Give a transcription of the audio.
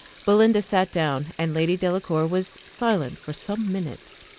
belinda sat down, and lady delacour was silent for some minutes.